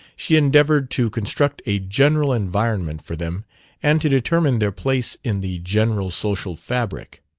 she endeavored to construct a general environment for them and to determine their place in the general social fabric.